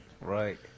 right